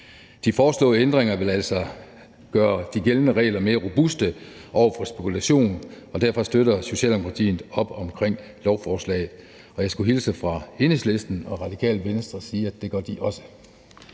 De foreslåede ændringer vil altså gøre de gældende regler mere robuste over for spekulation, og derfor støtter Socialdemokratiet op om lovforslaget. Jeg skulle hilse fra Enhedslisten og Radikale Venstre og sige, at det gør de også.